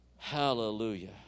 Hallelujah